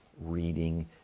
reading